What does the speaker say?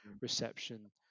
reception